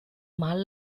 mal